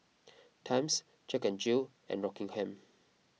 Times Jack N Jill and Rockingham